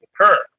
occur